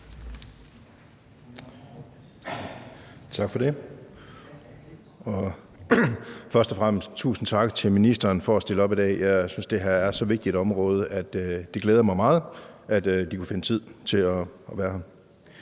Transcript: Tak for det. Først og fremmest tusind tak til ministeren for at stille op i dag. Jeg synes, at det her er så vigtigt et område, og det glæder mig meget, at De kunne finde tid til at være her.